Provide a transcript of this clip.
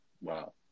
Wow